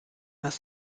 das